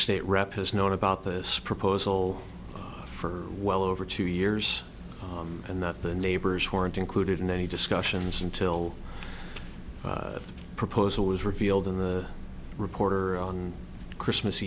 state rep has known about this proposal for well over two years and that the neighbors weren't included in any discussions until the proposal was revealed in the reporter on christmas